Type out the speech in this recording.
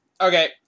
Okay